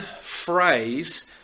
phrase